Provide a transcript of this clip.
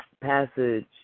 passage